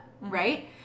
Right